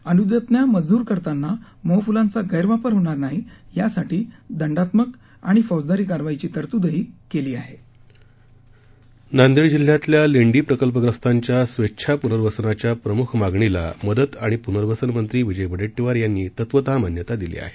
अनुज्ञप्त्या मंजूर करताना मोहफुलांचा गैरवापर होणार नाही यासाठी दंडात्मक आणि फौजदारी कारवाईची तरतूदही केली आहे नांदेड जिल्ह्यातल्या लेंडी प्रकल्पग्रस्तांच्या स्वेच्छा प्नर्वसनाच्या प्रम्ख मागणीला मदत आणि पुनर्वसन मंत्री विजय वडेट्टीवार यांनी तत्वतः मान्यता दिली आहे